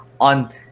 on